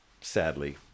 sadly